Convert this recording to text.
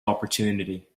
opportunity